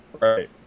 Right